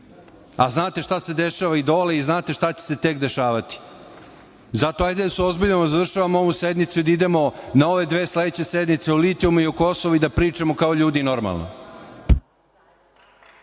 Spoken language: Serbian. Znate šta se dešava i dole i znate šta će se tek dešavati. Zato hajde da se uozbiljimo, da završavamo ovu sednicu i da idemo na ove dve sledeće sednice o litijumu i o Kosovu i da pričamo kao ljudi normalno.